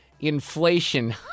inflation